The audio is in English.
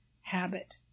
habit